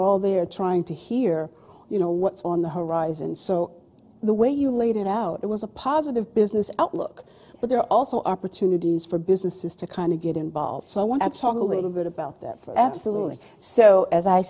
all there trying to hear you know what's on the horizon so the way you laid it out it was a positive business outlook but there are also opportunities for businesses to kind of get involved so i want to talk a little bit about that for absolute so as i